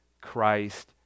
Christ